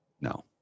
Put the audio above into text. no